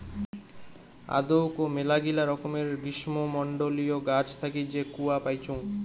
আদৌক মেলাগিলা রকমের গ্রীষ্মমন্ডলীয় গাছ থাকি যে কূয়া পাইচুঙ